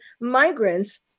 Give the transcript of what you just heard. migrants